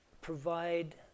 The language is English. provide